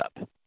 up